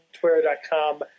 Twitter.com